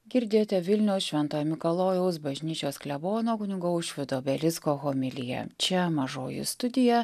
girdėjote vilniaus šventojo mikalojaus bažnyčios klebono kunigo aušvydo belicko homiliją čia mažoji studija